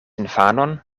infanon